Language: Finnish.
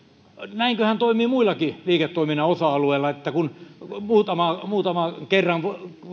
näinköhän toimii muillakin liiketoiminnan osa alueilla että kun muutaman kerran